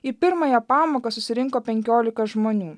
į pirmąją pamoką susirinko penkiolika žmonių